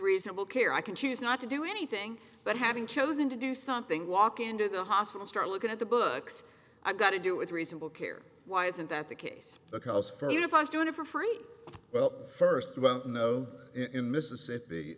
reasonable care i can choose not to do anything but having chosen to do something walk into the hospital start looking at the books i got to do with reasonable care why isn't that the case because fareed if i was doing it for free well first about no in mississippi